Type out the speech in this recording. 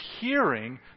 hearing